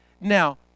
Now